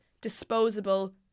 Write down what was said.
disposable